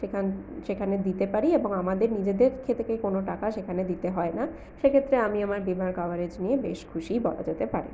সেখানে সেখানে দিতে পারি এবং আমাদের নিজেদের থেকে কোনও টাকা সেখানে দিতে দিতে হয় না সেক্ষেত্রে আমি আমার বিমার কভারেজ নিয়ে বেশ খুশিই বলা যেতে পারে